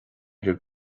bhur